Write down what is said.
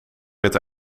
met